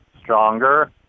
stronger